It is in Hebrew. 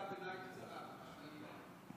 רק הערת ביניים קצרה, מאחר שפנית אליי.